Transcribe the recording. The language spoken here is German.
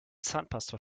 zahnpasta